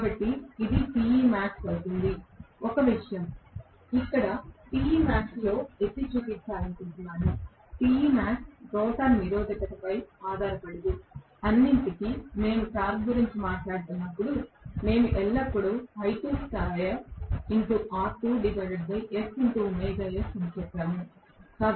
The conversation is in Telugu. కాబట్టి ఇది Temax అవుతుంది ఒక విషయం నేను ఇక్కడ Temax లో ఎత్తి చూపించాలనుకుంటున్నాను Temax రోటర్ నిరోధకతపై ఆధారపడదు అన్నింటికీ మేము టార్క్ గురించి మాట్లాడుతున్నప్పుడు మేము ఎల్లప్పుడూ అని చెప్పాము